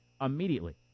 immediately